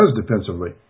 defensively